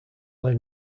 lay